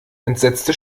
entsetzte